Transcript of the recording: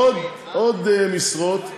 עוד משרות,